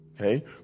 Okay